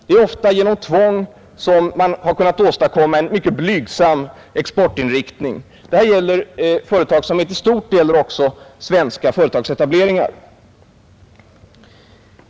Det är ofta genom tvång som man har kunnat åstadkomma en mycket blygsam exportinriktning. Detta gäller företagsamheten i stort — det gäller också svenska företags etableringar.